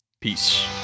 Peace